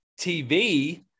TV